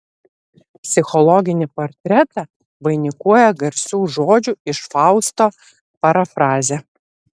psichologinį portretą vainikuoja garsių žodžių iš fausto parafrazė